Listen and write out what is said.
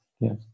Yes